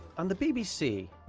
on the bbc,